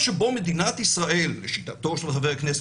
תוך שבועיים-שלושה שבועות סוגרים את העניין של הגט.